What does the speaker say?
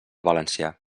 valencià